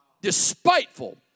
despiteful